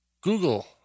Google